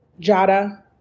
Jada